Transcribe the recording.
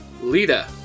lita